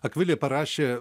akvilė parašė